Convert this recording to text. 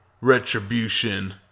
retribution